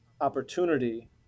opportunity